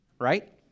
right